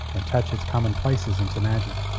and touch its commonplaces into magic.